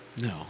No